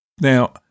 Now